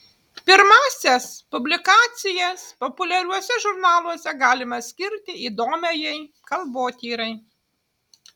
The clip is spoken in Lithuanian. pirmąsias publikacijas populiariuose žurnaluose galima skirti įdomiajai kalbotyrai